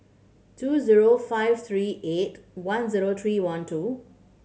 two zero five three eight one zero three one two